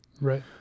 Right